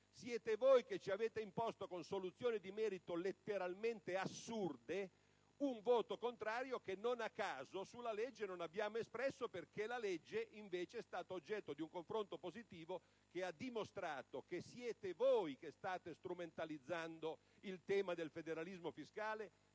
Siete voi che ci avete imposto, con soluzioni di merito letteralmente assurde, un voto contrario, che non a caso sulla legge non abbiamo espresso, perché la legge invece è stata oggetto di un confronto positivo che ha dimostrato che siete voi che state strumentalizzando il tema del federalismo fiscale